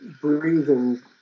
breathing